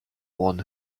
one